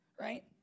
right